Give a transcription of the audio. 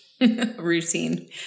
routine